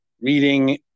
reading